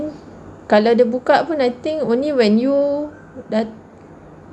and kalau dia buka pun I think when you dah